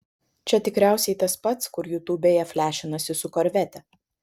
čia tikriausiai tas pats kur jutubėje flešinasi su korvete